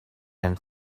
and